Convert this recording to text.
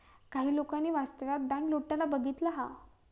काही लोकांनी वास्तवात बँक लुटताना बघितला हा